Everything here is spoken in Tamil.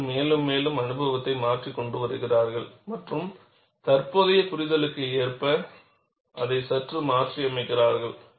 மக்கள் மேலும் மேலும் அனுபவத்தை கொண்டு வருகிறார்கள் மற்றும் தற்போதைய புரிதலுக்கு ஏற்ப அதை சற்று மாற்றியமைக்கிறார்கள்